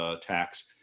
tax